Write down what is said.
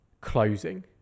closing